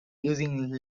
using